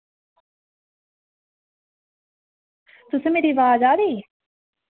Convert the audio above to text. तुसें मेरी अवाज आ दी